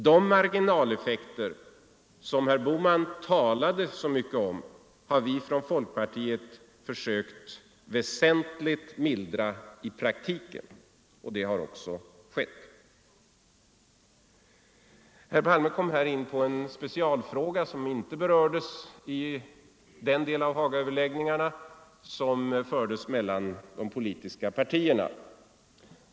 De marginaleffekter som herr Bohman talade så mycket om har vi från folkpartiet försökt väsentligt mildra i praktiken, och det har också skett. Herr Palme kom in på en specialfråga som inte berördes i den del av Hagaöverläggningarna som fördes mellan de politiska partierna.